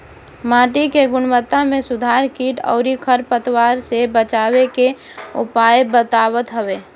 माटी के गुणवत्ता में सुधार कीट अउरी खर पतवार से बचावे के उपाय बतावत हवे